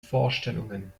vorstellungen